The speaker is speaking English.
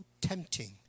tempting